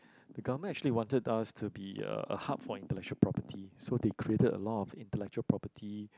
the government actually wanted us to be a hub for intellectual property so they created a lot of intellectual property